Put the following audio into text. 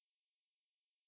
பரவால சொல்லு:paravaala sollu